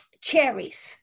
cherries